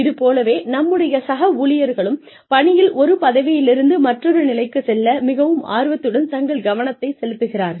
இது போலவே நம்முடைய சக ஊழியர்களும் பணியில் ஒரு பதவியிலிருந்து மற்றொரு நிலைக்குச் செல்ல மிகவும் ஆர்வத்துடன் தங்கள் கவனத்தைச் செலுத்துகிறார்கள்